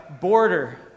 border